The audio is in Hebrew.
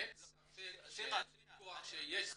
אין ויכוח שיש צורך.